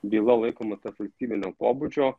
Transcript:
byla laikoma tarpvalstybinio pobūdžio